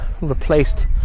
replaced